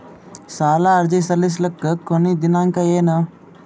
ಸಾಲ ಅರ್ಜಿ ಸಲ್ಲಿಸಲಿಕ ಕೊನಿ ದಿನಾಂಕ ಏನು?